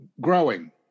growing